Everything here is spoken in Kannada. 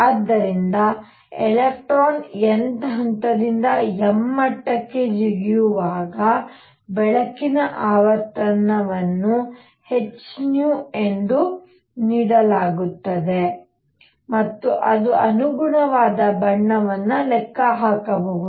ಆದ್ದರಿಂದ ಎಲೆಕ್ಟ್ರಾನ್ n ಹಂತದಿಂದ m ಮಟ್ಟಕ್ಕೆ ಜಿಗಿಯುವಾಗ ಬೆಳಕಿನ ಆವರ್ತನವನ್ನು hνನೀಡುತ್ತದೆ ಮತ್ತು ಅದು ಅನುಗುಣವಾದ ಬಣ್ಣವನ್ನು ಲೆಕ್ಕಹಾಕಬಹುದು